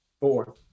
Four